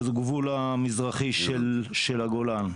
בגבול המזרחי של הגולן.